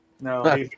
No